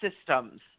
systems